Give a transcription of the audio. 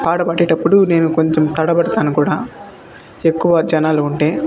పాట పాడేటప్పుడు నేను కొంచెం తడబడతాను కూడా ఎక్కువ జనాలు ఉంటే